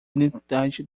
identidade